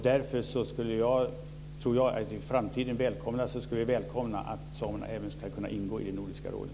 Därför skulle jag välkomna att samerna i framtiden ska kunna ingå i Nordiska rådet.